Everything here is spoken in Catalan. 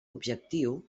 objectiu